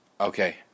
Okay